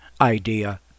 idea